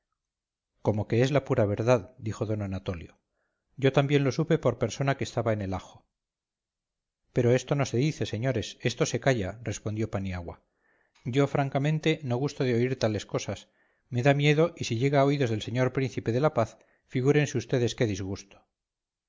como que es la pura verdad dijo don anatolio yo también lo supe por persona que estaba en el ajo pero esto no se dice señores esto se calla respondió paniagua yo francamente no gusto de oír tales cosas me da miedo y si llega a oídos del señor príncipe de la paz figúrense vds qué disgusto